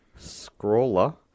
Scrawler